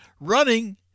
running